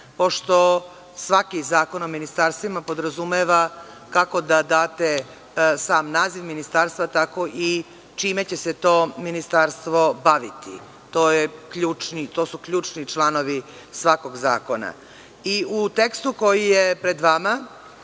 pošto svaki zakon o ministarstvima podrazumeva kako da date sam naziv ministarstva, tako i čime će se to ministarstvo baviti. To su ključni članovi svakog zakona.U tekstu koji je pred vama,